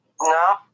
No